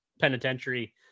Penitentiary